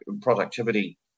productivity